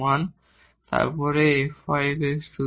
এবং তারপর Fy 0